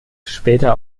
später